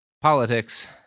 politics